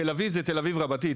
תל אביב זה תל אביב רבתי,